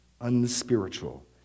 unspiritual